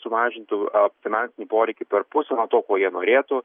sumažintų finansinį poreikį perpus nuo to ko jie norėtų